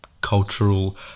cultural